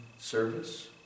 service